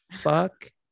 fuck